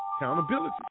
Accountability